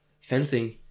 fencing